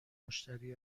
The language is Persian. مشتری